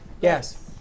Yes